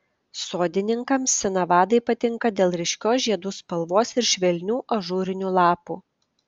sodininkams sinavadai patinka dėl ryškios žiedų spalvos ir švelnių ažūrinių lapų